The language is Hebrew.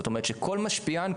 זאת אומרת שכל משפיען,